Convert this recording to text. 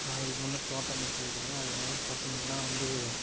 நான் இதுக்கு முன்னே தோட்டமிட்யிருக்கிறேன் அது என்னன்னு பார்த்திங்கள்னா வந்து